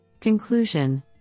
Conclusion